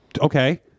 okay